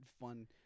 fun